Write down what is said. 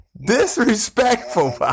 disrespectful